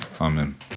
Amen